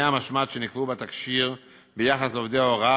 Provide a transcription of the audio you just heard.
המשמעת שנקבעו בתקשי"ר ביחס לעובדי ההוראה,